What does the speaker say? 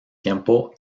tiempo